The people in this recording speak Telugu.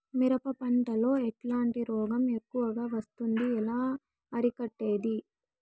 మిరప పంట లో ఎట్లాంటి రోగం ఎక్కువగా వస్తుంది? ఎలా అరికట్టేది?